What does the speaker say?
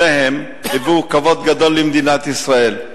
שניהם הביאו כבוד גדול למדינת ישראל.